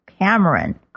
Cameron